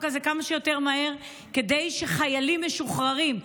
הזה כמה שיותר מהר עבור חיילים משוחררים,